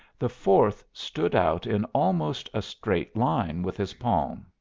the fourth stood out in almost a straight line with his palm.